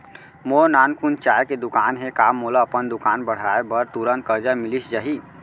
मोर नानकुन चाय के दुकान हे का मोला अपन दुकान बढ़ाये बर तुरंत करजा मिलिस जाही?